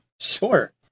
sure